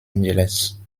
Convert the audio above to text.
angeles